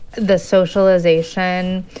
the socialization,